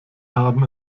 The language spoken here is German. haben